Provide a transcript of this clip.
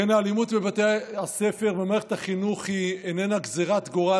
האלימות בבתי הספר ובמערכת החינוך היא איננה גזרת גורל,